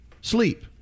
sleep